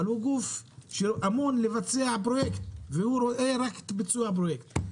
אבל הוא גוף שאמון לבצע פרויקט והוא רואה רק את ביצוע הפרויקט.